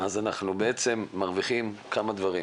אנחנו בעצם מרוויחים כמה דברים,